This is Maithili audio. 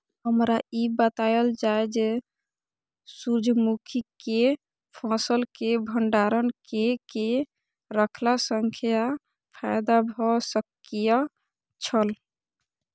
हमरा ई बतायल जाए जे सूर्य मुखी केय फसल केय भंडारण केय के रखला सं फायदा भ सकेय छल?